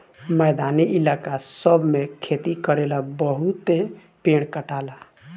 मैदानी इलाका सब मे खेती करेला बहुते पेड़ कटाला